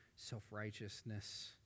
Self-righteousness